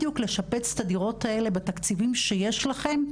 בדיוק לשפץ את הדירות האלה בתקציבים שיש לכם,